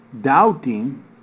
doubting